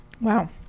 wow